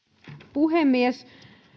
puhemies